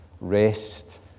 rest